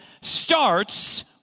starts